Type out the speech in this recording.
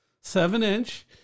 seven-inch